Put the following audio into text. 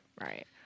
Right